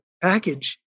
package